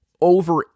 over